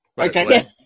Okay